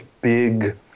big